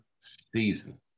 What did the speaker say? season